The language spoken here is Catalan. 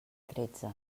tretze